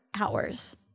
hours